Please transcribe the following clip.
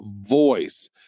voice